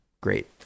great